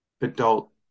adult